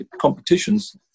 competitions